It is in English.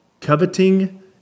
coveting